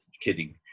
kidding